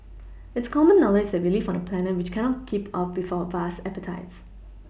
it's common knowledge that we live on a planet which cannot keep up with our vast appetites